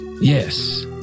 yes